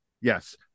Yes